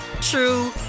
true